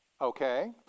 Okay